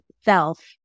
self